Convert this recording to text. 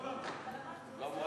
לא הבנתי.